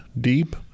deep